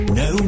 no